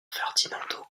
ferdinando